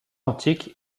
antiques